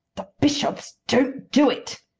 the bishops don't do it,